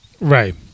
Right